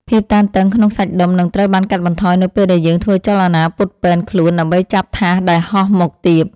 ភាពតានតឹងក្នុងសាច់ដុំនឹងត្រូវបានកាត់បន្ថយនៅពេលដែលយើងធ្វើចលនាពត់ពេនខ្លួនដើម្បីចាប់ថាសដែលហោះមកទាប។